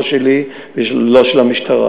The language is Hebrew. לא שלי ולא של המשטרה,